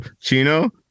Chino